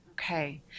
Okay